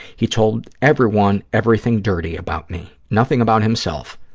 he told everyone everything dirty about me, nothing about himself.